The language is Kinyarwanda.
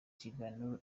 kiganiro